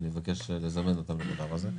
אני מבקש לזמן אותם לדבר הזה.